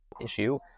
issue